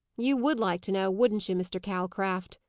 you would like to know, wouldn't you, mr. calcraft?